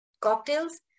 cocktails